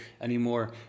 anymore